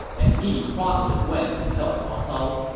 and he promptly went to tell cao cao.